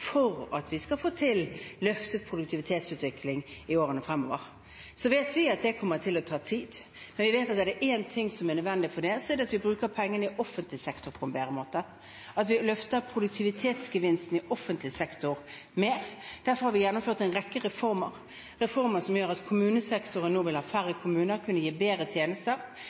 for at vi skal få til en løftet produktivitetsutvikling i årene fremover. Så vet vi at det kommer til å ta tid. Men vi vet at er det én ting som er nødvendig for å få til dette, så er det at vi bruker pengene i offentlig sektor på en bedre måte, at vi løfter produktivitetsgevinsten i offentlig sektor mer. Derfor har vi gjennomført en rekke reformer, reformer som gjør at kommunesektoren nå vil ha færre kommuner, vil kunne gi bedre tjenester,